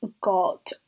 got